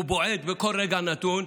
הוא בועט בכל רגע נתון.